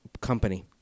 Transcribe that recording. company